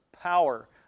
power